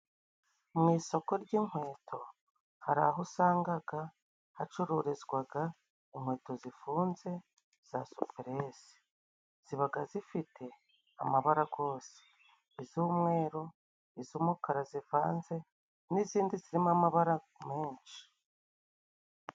Mu isoko ry'inkweto hari aho usangaga hacururizwaga inkweto zifunze za supuresi. Zibaga zifite amabara gose. Iz'umweru, iz'umukara zivanze n'izindi zirimo amabara menshi.